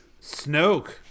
Snoke